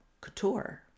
couture